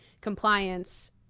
compliance